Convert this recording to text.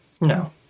No